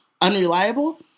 Unreliable